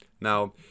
Now